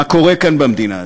מה קורה כאן במדינה הזאת?